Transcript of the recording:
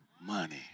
money